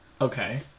Okay